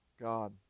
God